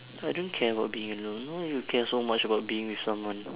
I don't care about being alone why would you care so much about being with someone